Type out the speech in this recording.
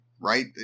right